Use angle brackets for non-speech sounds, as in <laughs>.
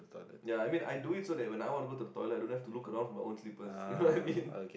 ya I mean I do it so that when I want to go to the toilet I don't have to look around for my own slippers you know what I mean <laughs>